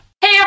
Hey